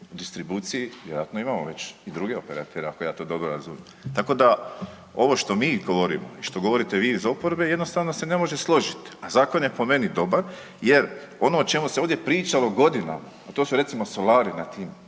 distribuciji, vjerojatno imamo već i druge operatere ako ja to dobro razumijem. Tako da ovo što mi govorimo i što govorite vi oporbe jednostavno se ne može složiti, a zakon je po meni dobar jer ono o čemu se ovdje pričalo godinama, to su recimo solari na tim